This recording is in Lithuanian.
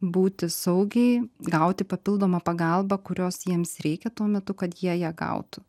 būti saugiai gauti papildomą pagalbą kurios jiems reikia tuo metu kad jie ją gautų